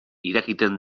irakiten